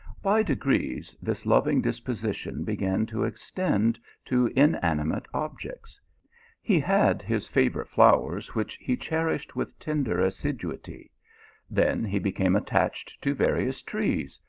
by degrees this loving disposition began to extend to inanimate objects he had his favourite flowers which he cherished with tender assiduity then he became attached to various trees,